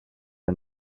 and